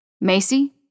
Macy